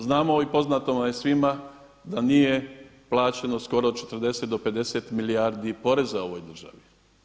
Znamo, a i poznato vam je svima da nije plaćeno skoro 40 do 50 milijardi poreza ovoj državi.